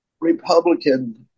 Republican